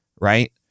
right